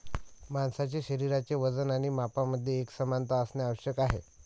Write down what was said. माणसाचे शरीराचे वजन आणि मापांमध्ये एकसमानता असणे आवश्यक आहे